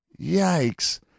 Yikes